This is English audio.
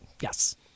Yes